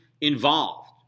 involved